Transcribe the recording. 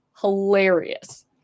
hilarious